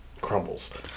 crumbles